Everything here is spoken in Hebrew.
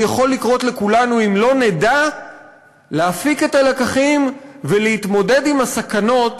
זה יכול לקרות לכולנו אם לא נדע להפיק את הלקחים ולהתמודד עם הסכנות